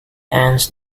ends